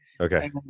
Okay